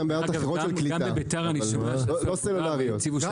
גם בבית"ר אני שומע שהציבו אנטנות.